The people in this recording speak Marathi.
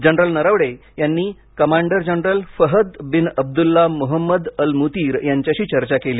जनरल नरवणे यांनी commander general Fahad bin Abdullah Mohammed al Mutir यांच्याशी चर्चा केली